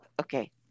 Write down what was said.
Okay